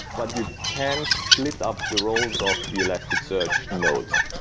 but you can split up the roles of the elasticsearch nodes.